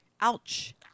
Ouch